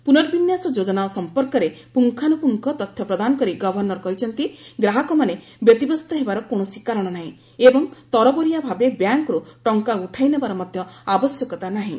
ପୁନଃ ବିନ୍ୟାସ ଯୋଜନା ସମ୍ପର୍କରେ ପୁଙ୍ଗାନୁପୁଙ୍ଗ ତଥ୍ୟ ପ୍ରଦାନ କରି ଗଭର୍ଷର କହିଛନ୍ତି ଗ୍ରାହକମାନେ ବ୍ୟତୀବ୍ୟସ୍ତ ହେବାର କୌଣସି କାରଣ ନାହିଁ ଏବଂ ତରବରିଆ ଭାବେ ବ୍ୟାଙ୍କ୍ରୁ ଟଙ୍କା ଉଠାଇ ନେବାର ମଧ୍ୟ ଆବଶ୍ୟକତା ନାହିଁ